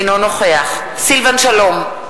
אינו נוכח סילבן שלום,